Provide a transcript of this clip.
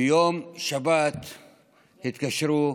ביום שבת התקשרו,